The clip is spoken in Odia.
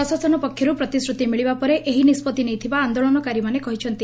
ପ୍ରଶାସନ ପକ୍ଷରୁ ପ୍ରତିଶ୍ରତି ମିଳିବା ପରେ ଏହି ନିଷ୍ବଭି ନେଇଥିବା ଆନ୍ଦୋଳନକାରୀମାନେ କହିଛନ୍ତି